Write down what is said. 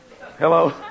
Hello